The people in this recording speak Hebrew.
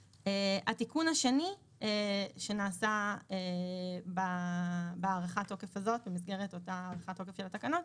התיקון השני שנעשה במסגרת הארכת התוקף הזאת של התקנות